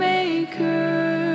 Maker